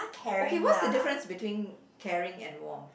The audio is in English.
okay what's the difference between caring and warm